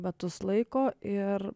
metus laiko ir